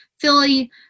Philly